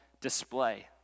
display